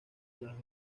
las